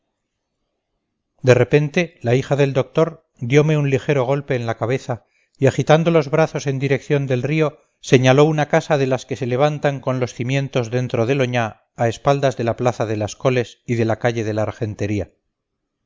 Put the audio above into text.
de repente la hija del doctor diome un ligero golpe en la cabeza y agitando los brazos en dirección del río señaló una casa de las que se levantan con los cimientos dentro del oñá a espaldas de la plaza de las coles y de la calle de la argentería